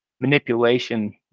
manipulation